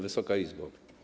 Wysoka Izbo!